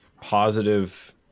positive